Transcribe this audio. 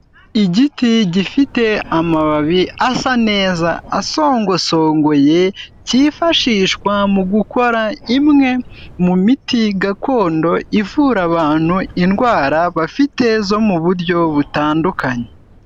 Igiti gifite amababi asa neza asongosongoye, kifashishwa mu gukora imwe mu miti gakondo ivura abantu indwara bafite zo mu buryo butandukanye.